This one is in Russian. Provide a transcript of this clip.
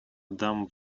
дам